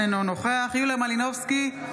אינו נוכח יוליה מלינובסקי,